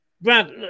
Brad